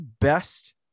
best